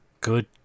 good